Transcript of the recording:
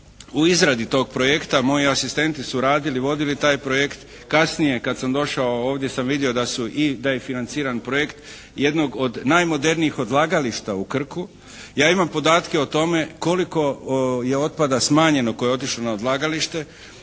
u izradi tog projekta, moji asistenti su radili i vodili taj projekt. Kasnije kad sam došao ovdje sam vidio da je financiran projekt jednog od najmodernijih odlagališta u Krku. Ja imam podatke u tome koliko je otpada smanjeno koje je otišlo na odlagalište.